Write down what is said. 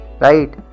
right